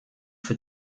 für